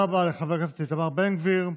תודה רבה לחבר הכנסת איתמר בן גביר.